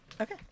Okay